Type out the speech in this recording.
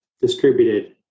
distributed